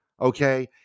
Okay